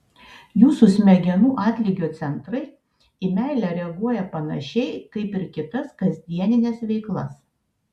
jūsų smegenų atlygio centrai į meilę reaguoja panašiai kaip ir kitas kasdienines veiklas